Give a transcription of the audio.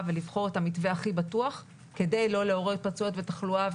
ולבחור את המתווה הכי בטוח כדי לא לעורר התפרצויות בתחלואה,